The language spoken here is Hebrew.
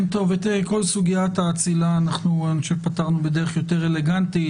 את כל סוגיית האצילה פתרנו בדרך יותר אלגנטית.